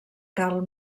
karl